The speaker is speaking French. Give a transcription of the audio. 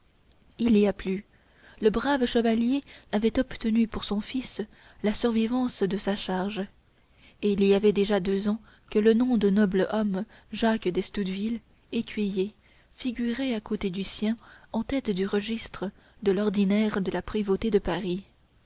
il y a plus le brave chevalier avait obtenu pour son fils la survivance de sa charge et il y avait déjà deux ans que le nom de noble homme jacques d'estouteville écuyer figurait à côté du sien en tête du registre de l'ordinaire de la prévôté de paris